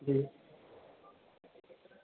जी